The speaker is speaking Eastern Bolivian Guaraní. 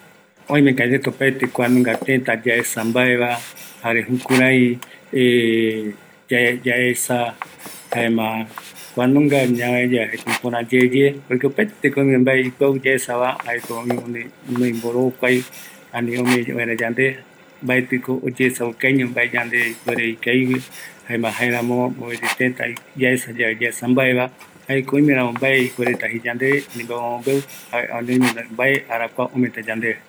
Oïmeko aipo kuanunga tëtä ikavigue yaesa vaera, kuanunga reta mbaetɨko oyeesaukaiño, oïmeramo mbae ïkïrei omombeu yandeve, jare yandeokuai, yayapomvaera mbae ikavigueva